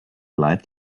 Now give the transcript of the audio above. light